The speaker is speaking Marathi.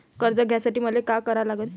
कर्ज घ्यासाठी मले का करा लागन?